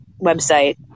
website